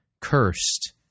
Cursed